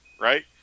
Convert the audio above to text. right